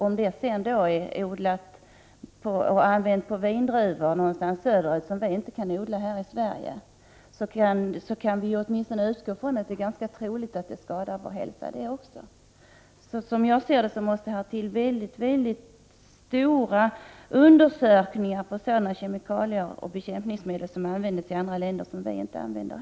Om sådana finns i druvor som är odlade någonstans söderut, kan vi utgå från att de är skadliga för vår hälsa. Som jag ser det måste här till stora undersökningar om kemikalier och bekämpningsmedel som används av andra, men som vi inte använder.